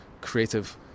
creative